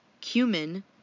cumin